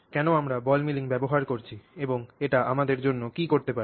কেন আমরা ball milling ব্যবহার করছি এবং এটি আমাদের জন্য কী করতে পারে